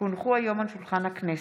כי הונחו היום על שולחן הכנסת,